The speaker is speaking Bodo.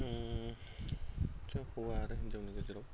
हौवा आरो हिनजावनि गेजेराव